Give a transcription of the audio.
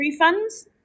refunds